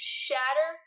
shatter